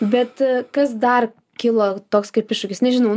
bet kas dar kilo toks kaip iššūkis nežinau